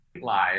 live